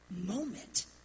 moment